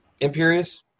Imperius